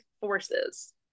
forces